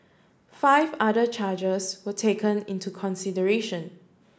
five other charges were taken into consideration